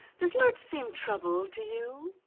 does lurch seem troubled to you?